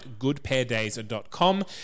goodpairdays.com